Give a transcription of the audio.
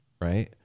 right